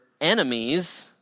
enemies